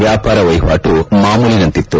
ವ್ಯಾಪಾರ ವಹಿವಾಟು ಮಾಮೂಲಿಯಂತಿತ್ತು